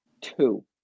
Two